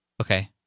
Okay